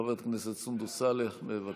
חברת הכנסת סונדוס סאלח, בבקשה.